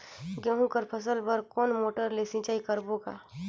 गहूं कर फसल बर कोन मोटर ले सिंचाई करबो गा?